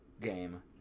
game